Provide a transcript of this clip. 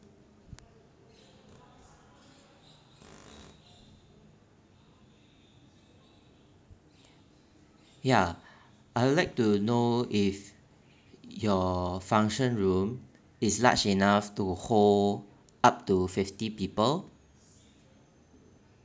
ya I would like to know if your function room is large enough to hold up to fifty people